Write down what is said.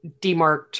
demarked